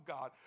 God